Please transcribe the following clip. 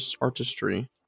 artistry